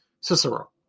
Cicero